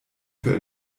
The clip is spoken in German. für